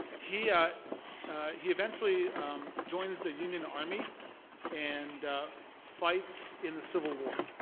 he ah he eventually joins the union army and fights in the civil war.